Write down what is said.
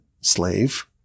slave